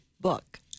book